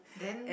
then